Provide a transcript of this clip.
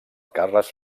carles